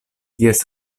ties